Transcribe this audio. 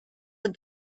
said